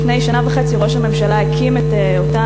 לפני שנה וחצי ראש הממשלה הקים את אותה